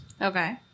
Okay